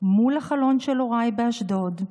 מול החלון של הוריי באשדוד,